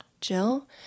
Jill